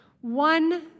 One